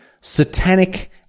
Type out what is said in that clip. satanic